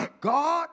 God